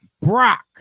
Brock